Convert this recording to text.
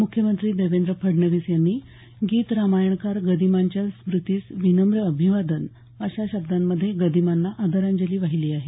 मुख्यमंत्री देवेंद्र फडणवीस यांनी गीत रामायणकार गदिमांच्या स्मृतीस विनम्र अभिवादन अशा शब्दांमध्ये गदिमांना आदरांजली वाहिली आहे